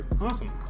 Awesome